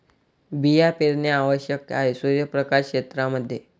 बिया पेरणे आवश्यक आहे सूर्यप्रकाश क्षेत्रां मध्ये